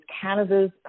Canada's